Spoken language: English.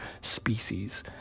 species